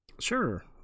Sure